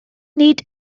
nid